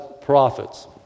prophets